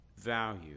value